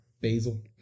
basil